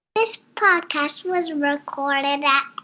this podcast was recorded at.